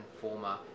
former